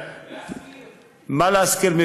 לשכור.